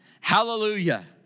Hallelujah